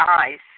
eyes